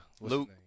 Luke